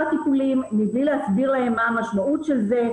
טיפולים מבלי להסביר להם מה המשמעות של זה,